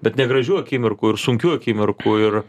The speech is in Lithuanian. bet negražių akimirkų ir sunkių akimirkų ir